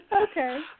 Okay